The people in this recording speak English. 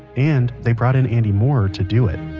and, they brought in andy moorer to do it